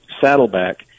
Saddleback